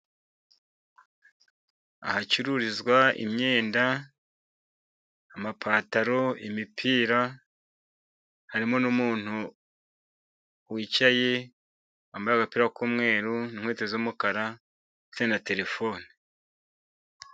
Ahacururizwa imyenda amapataro, imipira harimo n'umuntu wicaye wambaye agapira k'umweru, inkweto z'umukara ndetse na telefone.